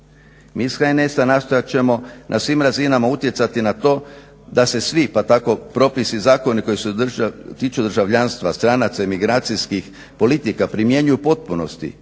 Mi iz HNS-a nastojat ćemo na svim razinama utjecati na to da se svi pa tako propisi i zakoni koji se tiču državljanstva stranaca imigracijskih politika primjenjuju u potpunosti